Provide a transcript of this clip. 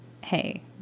hey